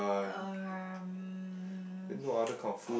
um